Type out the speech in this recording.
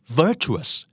virtuous